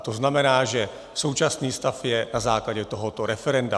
To znamená, že současný stav je na základě tohoto referenda.